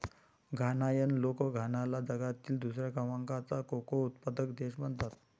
घानायन लोक घानाला जगातील दुसऱ्या क्रमांकाचा कोको उत्पादक देश म्हणतात